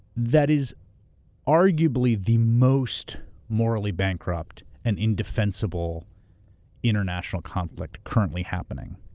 that is arguably the most morally bankrupt and indefensible international conflict currently happening.